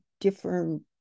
different